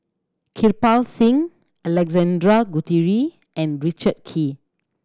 Kirpal Singh Alexander Guthrie and Richard Kee